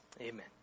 Amen